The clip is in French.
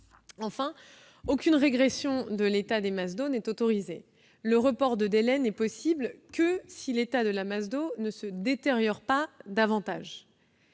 Enfin, aucune régression de l'état des masses d'eau n'est autorisée. Le report du délai n'est possible que si l'état de la masse d'eau ne se détériore pas davantage.